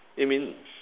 aiming